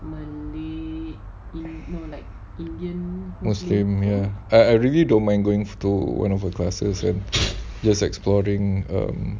indian muslim ya I I really don't mind going to one of her classes and just exploring um